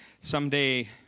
someday